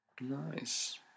Nice